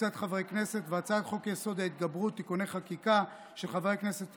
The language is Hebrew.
הצעת חוק העונשין